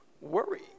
worry